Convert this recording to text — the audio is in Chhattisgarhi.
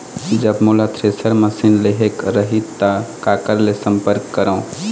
जब मोला थ्रेसर मशीन लेहेक रही ता काकर ले संपर्क करों?